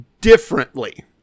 differently